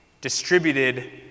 distributed